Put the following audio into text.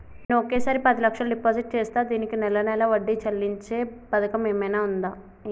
నేను ఒకేసారి పది లక్షలు డిపాజిట్ చేస్తా దీనికి నెల నెల వడ్డీ చెల్లించే పథకం ఏమైనుందా?